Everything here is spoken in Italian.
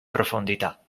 profondità